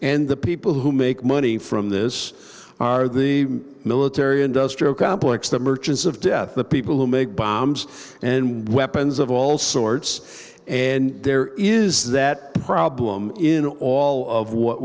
and the people who make money from this are the military industrial complex the merchants of death the people who make bombs and weapons of all sorts and there is that problem in all of what